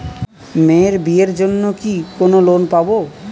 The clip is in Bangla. মেয়ের বিয়ের জন্য কি কোন লোন পাব?